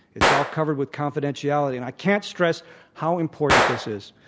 it's all covered with confidentiality. and i can't stress how important this is.